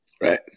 right